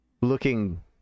looking